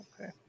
Okay